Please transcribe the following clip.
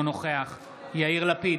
אינו נוכח יאיר לפיד,